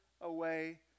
away